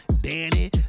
Danny